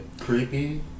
creepy